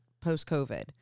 post-COVID